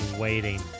waiting